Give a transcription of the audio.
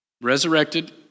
resurrected